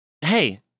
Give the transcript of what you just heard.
hey